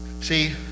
See